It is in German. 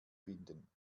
finden